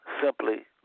simply